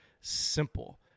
simple